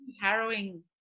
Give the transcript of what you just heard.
harrowing